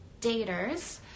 daters